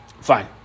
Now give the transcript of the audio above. fine